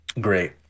great